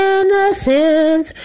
Innocence